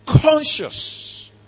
conscious